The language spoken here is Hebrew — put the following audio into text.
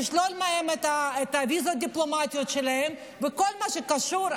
לשלול מהם את הוויזות הדיפלומטיות שלהם וכל מה שקשור,